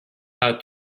out